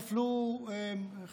איך נפלו חרדים,